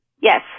Yes